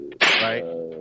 right